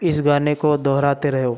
इस गाने को दोहराते रहो